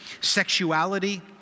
sexuality